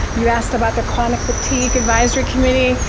you asked about the chronic fatigue advisory committee.